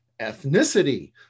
ethnicity